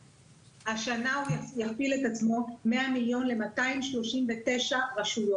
השנה הוא יכפיל את עצמו, 100 מיליון ל-239 רשויות.